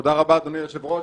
תודה רבה, אדוני היושב-ראש.